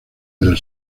del